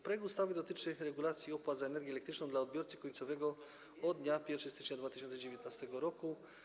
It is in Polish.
Projekt ustawy dotyczy regulacji opłat za energię elektryczną dla odbiorcy końcowego od dnia 1 stycznia 2019 r.